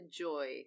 joy